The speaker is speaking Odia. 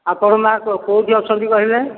ଆପଣ ମା' କେଉଁଠି ଅଛନ୍ତି କହିଲେ